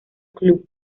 club